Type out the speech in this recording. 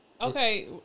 Okay